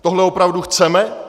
Tohle opravdu chceme?